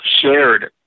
shared